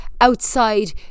outside